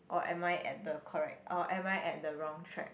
or am I at the correct or am I at the wrong track